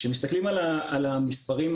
כשמסתכלים על אחוזים,